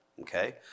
okay